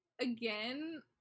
again